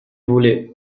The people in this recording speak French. voulais